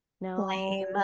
no